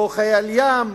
או חיל הים,